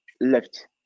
left